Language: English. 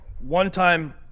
One-time